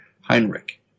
Heinrich